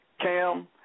cam